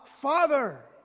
father